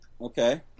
Okay